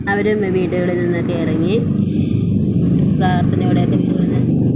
അവരും വീടുകളിൽ നിന്നൊക്കെ ഇറങ്ങി പ്രാർത്ഥനയോടൊക്കെ വീടുകളിൽ നിന്നിറങ്ങി